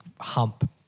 hump